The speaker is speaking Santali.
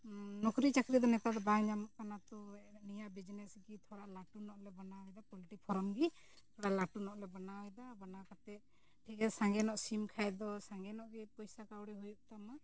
ᱱᱚᱠᱨᱤ ᱪᱟᱹᱠᱨᱤ ᱫᱚ ᱱᱮᱛᱟᱨ ᱫᱚ ᱵᱟᱝ ᱧᱟᱢᱚᱜ ᱠᱟᱱᱟ ᱛᱚ ᱱᱤᱭᱟᱹ ᱵᱤᱡᱱᱮᱥ ᱜᱮ ᱛᱷᱚᱲᱟ ᱞᱟᱹᱴᱩ ᱧᱚᱜᱼᱜᱮ ᱵᱮᱱᱟᱣᱮᱫᱟ ᱯᱳᱞᱴᱨᱤ ᱯᱷᱟᱨᱢᱜᱮ ᱛᱷᱚᱲᱟ ᱞᱟᱹᱴᱩ ᱧᱚᱜᱞᱮ ᱵᱮᱱᱟᱣᱮᱫᱟ ᱵᱮᱱᱟᱣ ᱠᱟᱛᱮ ᱴᱷᱤᱠ ᱜᱮᱭᱟ ᱥᱟᱸᱜᱮ ᱧᱚᱜ ᱥᱤᱢ ᱠᱷᱟᱱ ᱫᱚ ᱥᱟᱸᱜᱮ ᱧᱚᱜᱼᱜᱮ ᱯᱚᱭᱥᱟ ᱠᱟᱹᱣᱰᱤ ᱦᱩᱭᱩᱜ ᱛᱟᱢᱟ